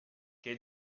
che